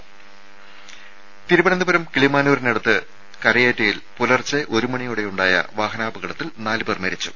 രുര തിരുവനന്തപുരം കിളിമാനൂരിനടുത്ത് കരയേറ്റയിൽ പുലർച്ചെ ഒരു മണിയോടെയുണ്ടായ വാഹനാപകടത്തിൽ നാലുപേർ മരിച്ചു